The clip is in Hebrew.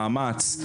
מאמץ.